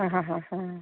ആ ഹാ ഹാ ഹാ